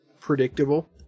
predictable